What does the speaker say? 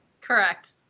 Correct